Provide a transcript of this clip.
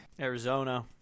Arizona